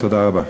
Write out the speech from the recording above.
תודה רבה.